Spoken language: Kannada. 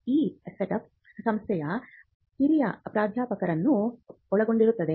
ಈ ಸೆಟಪ್ ಸಂಸ್ಥೆಯ ಹಿರಿಯ ಪ್ರಾಧ್ಯಾಪಕರನ್ನು ಒಳಗೊಂಡಿರುತ್ತದೆ